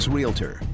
Realtor